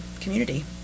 community